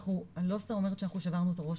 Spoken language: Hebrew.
אני לא סתם אומרת שאנחנו שברנו את הראש,